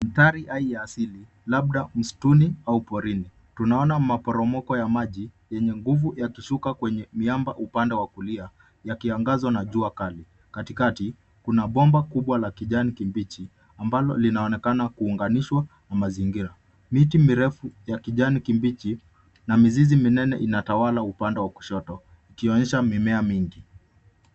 Mandhari ya asili labda msituni au porini. Tunaona maporomoko ya maji yenye nguvu yakishuka kwenye miamba upande wa kulia yakiangazwa na jua kali. Katikati kuna bomba kubwa la kijani kibichi ambalo linaonekana kuunganishwa na mazingira. Miti mirefu ya kijani kibichi na mizizi minene inatawala upande wa kushoto ikionyesha mimea mingi.